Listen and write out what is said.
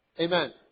Amen